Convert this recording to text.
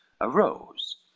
arose